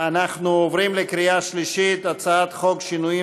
אנחנו עוברים לקריאה שלישית: הצעת חוק שינויים